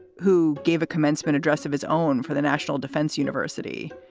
who gave a commencement address of his own for the national defense university.